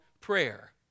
prayer